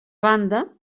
banda